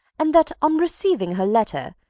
and that, on receiving her letter,